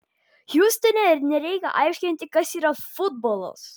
hjustone nereikia aiškinti kas yra futbolas